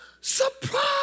surprise